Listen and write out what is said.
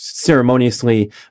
ceremoniously